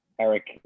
Eric